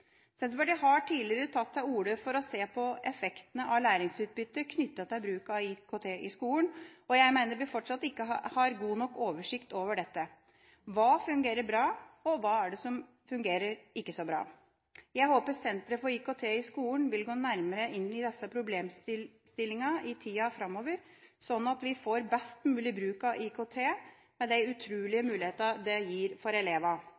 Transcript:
Senterpartiet har tidligere tatt til orde for å se på effektene av læringsutbyttet knyttet til bruk av IKT i skolen. Jeg mener vi fortsatt ikke har god nok oversikt over dette. Hva fungerer bra, og hva er det som ikke fungerer så bra? Jeg håper Senter for IKT i utdanningen vil gå nærmere inn i disse problemstillingene i tida framover, slik at vi får best mulig bruk av IKT, med de utrolige mulighetene det gir for